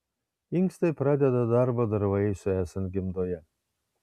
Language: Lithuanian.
inkstai pradeda darbą dar vaisiui esant gimdoje